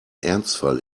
ernstfall